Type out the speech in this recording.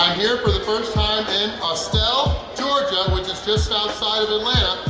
um here for the first time in austell, georgia which is just outside of atlanta.